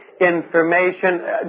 information